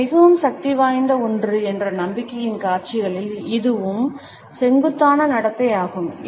நமக்கு மிகவும் சக்திவாய்ந்த ஒன்று என்ற நம்பிக்கையின் காட்சிகளில் இதுவும் செங்குத்தான நடத்தை ஆகும்